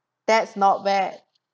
that's not bad